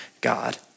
God